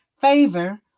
favor